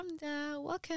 welcome